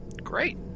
Great